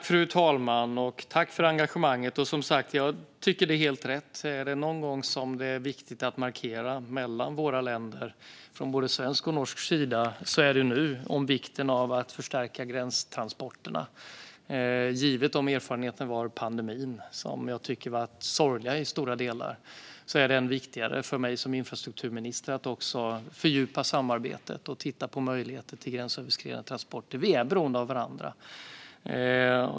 Fru talman! Jag tackar för engagemanget. Jag tycker att det är helt rätt. Om det är någon gång som det är viktigt att markera mellan våra länder, från både svensk och norsk sida, är det nu om vikten av att förstärka gränstransporterna. Givet de erfarenheter vi har när det gäller pandemin, som jag tycker har varit sorgliga i stora delar, är det än viktigare för mig som infrastrukturminister att också fördjupa samarbetet och titta på möjligheter till gränsöverskridande transporter. Vi är beroende av varandra.